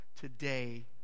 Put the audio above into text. today